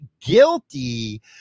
guilty